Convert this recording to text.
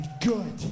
good